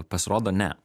pasirodo ne